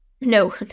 No